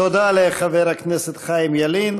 תודה לחבר הכנסת חיים ילין.